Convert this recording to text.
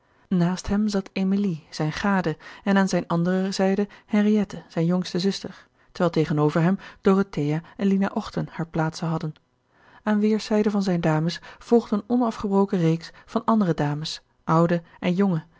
naast hem zat emilie zijne gade en aan zijne andere zijde henriette zijne jongste zuster terwijl tegenover hem dorothea en lina ochten hare plaatsen hadden aan weerszijden van zijne dames volgde eene onafgebroken reeks van andere dames oude en jonge